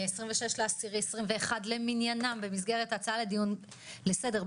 26/10/21 למניינם במסגרת ההצעה לדיון לסדר,